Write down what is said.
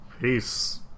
Peace